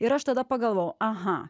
ir aš tada pagalvojau aha